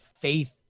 faith